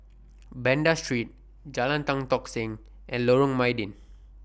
Banda Street Jalan Tan Tock Seng and Lorong Mydin